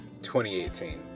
2018